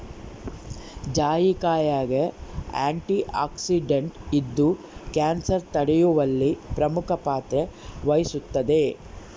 ಜಾಯಿಕಾಯಾಗ ಆಂಟಿಆಕ್ಸಿಡೆಂಟ್ ಇದ್ದು ಕ್ಯಾನ್ಸರ್ ತಡೆಯುವಲ್ಲಿ ಪ್ರಮುಖ ಪಾತ್ರ ವಹಿಸುತ್ತದೆ